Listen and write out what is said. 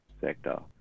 sector